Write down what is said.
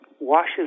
washes